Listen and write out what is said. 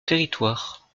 territoire